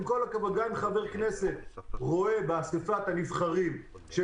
עם כל הכבוד גם אם חבר כנסת רואה באסיפת הנבחרים של